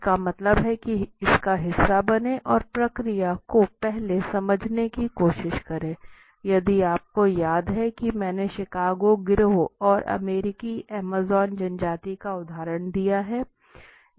इसका मतलब है कि इसका हिस्सा बनें और प्रक्रिया को पहले समझाने की कोशिश करें यदि आपको याद है कि मैंने शिकागो गिरोह और अमेरिकी अमेज़ॅन जनजाति का उदाहरण दिया है